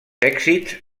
èxits